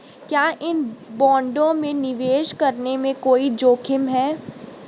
क्या इन बॉन्डों में निवेश करने में कोई जोखिम है?